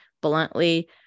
bluntly